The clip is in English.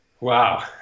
Wow